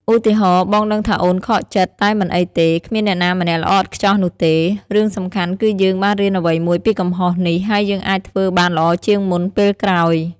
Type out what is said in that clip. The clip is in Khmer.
ឧទាហរណ៍ បងដឹងថាអូនខកចិត្ត តែមិនអីទេ គ្មានអ្នកណាម្នាក់ល្អឥតខ្ចោះនោះទេ។ រឿងសំខាន់គឺយើងបានរៀនអ្វីមួយពីកំហុសនេះ ហើយយើងអាចធ្វើបានល្អជាងមុនពេលក្រោយ។